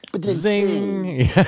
Zing